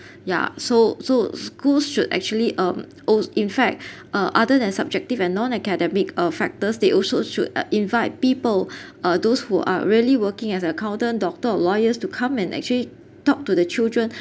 ya so so schools should actually um or in fact uh other than subjective and non-academic uh factors they also should uh invite people uh those who are really working as accountant doctor or lawyers to come and actually talk to the children